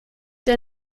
der